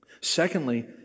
Secondly